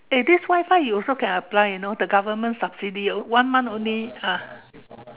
eh this Wi-Fi you also can apply you know the government subsidy one month only ah